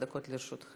שלוש דקות לרשותך.